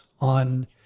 on